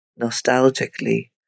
nostalgically